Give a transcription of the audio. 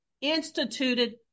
instituted